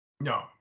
No